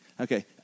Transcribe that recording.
Okay